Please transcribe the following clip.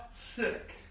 sick